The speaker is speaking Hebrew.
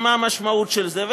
ומה המשמעות של זה.